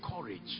courage